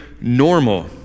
normal